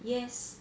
yes